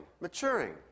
maturing